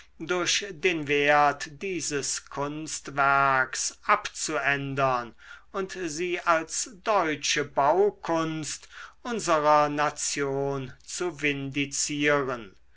durch den wert dieses kunstwerks abzuändern und sie als deutsche baukunst unserer nation zu